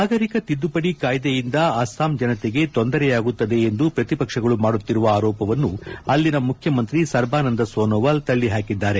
ನಾಗರಿಕ ತಿದ್ದುಪಡಿ ಕಾಯ್ದೆಯಿಂದ ಅಸ್ಲಾಂ ಜನತೆಗೆ ತೊಂದರೆಯಾಗುತ್ತದೆ ಎಂದು ಪ್ರತಿಪಕ್ಷಗಳು ಮಾಡುತ್ತಿರುವ ಆರೋಪವನ್ನು ಅಲ್ಲಿನ ಮುಖ್ಯಮಂತ್ರಿ ಸರ್ಬಾನಂದ್ ಸೋನಾವಾಲ್ ತಳ್ಳ ಹಾಕಿದ್ದಾರೆ